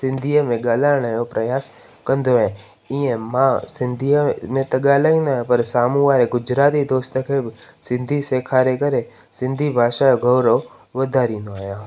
सिंधीअ में ॻाल्हाइण जो प्रयास कंदो आहियां ईअं मां सिंधीअ में त ॻाल्हाईंदो आहियां पर साम्हूं वारे गुजराती दोस्त खे बि सिंधी सेखारे करे सिंधी भाषा जो गौरव वधारिंदो आहियां